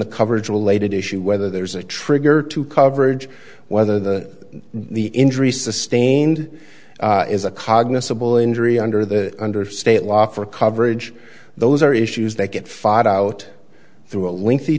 the coverage related issue whether there's a trigger to coverage whether that the injury sustained is a cognizable injury under the under state law for coverage those are issues that get fired out through a lengthy